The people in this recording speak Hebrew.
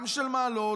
גם של מעלות,